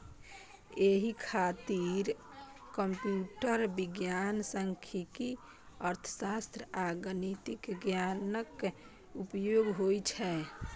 एहि खातिर कंप्यूटर विज्ञान, सांख्यिकी, अर्थशास्त्र आ गणितक ज्ञानक उपयोग होइ छै